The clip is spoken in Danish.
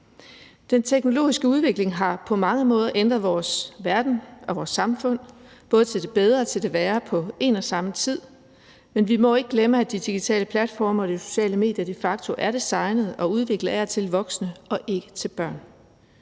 Den teknologiske udvikling har på mange måder ændret vores verden og vores samfund, både til det bedre og til det værre på en og samme tid, men vi må ikke glemme, at de digitale platforme og de sociale medier de facto er designet og udviklet af og til voksne og ikke til børn.